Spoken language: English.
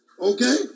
Okay